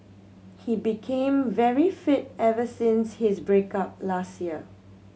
he became very fit ever since his break up last year